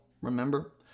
remember